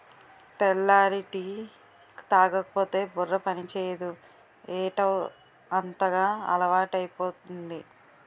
తెల్లారి టీ తాగకపోతే బుర్ర పనిచేయదు ఏటౌ అంతగా అలవాటైపోయింది